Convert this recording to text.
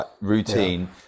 routine